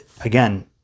again